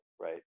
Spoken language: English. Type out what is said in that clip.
Right